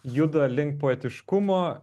juda link poetiškumo